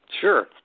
Sure